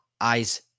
eyes